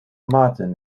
maten